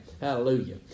Hallelujah